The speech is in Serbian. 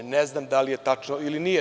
Ne znam da li je tačno ili nije.